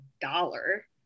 dollar